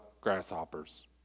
grasshoppers